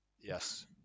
Yes